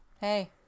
hey